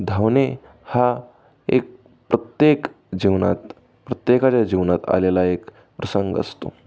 धावणे हा एक प्रत्येक जीवनात प्रत्येकाच्या जीवनात आलेला एक प्रसंग असतो